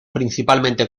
principalmente